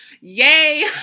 Yay